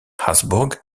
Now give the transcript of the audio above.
habsbourg